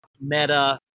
Meta